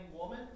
woman